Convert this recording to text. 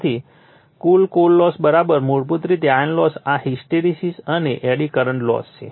તેથી કુલ core loss મૂળભૂત રીતે આયર્નની લોસ આ હિસ્ટેરેસિસ અને એડી કરંટ લોસ છે